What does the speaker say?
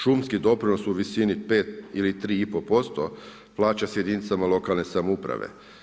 Šumski doprinos u visini 5 ili 3,5% plaća se jedinicama lokalne samouprave.